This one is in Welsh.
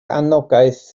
anogaeth